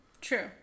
True